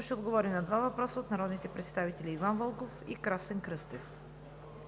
ще отговори на два въпроса от народните представители Иван Вълков; и Красен Кръстев.